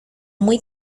muy